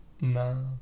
No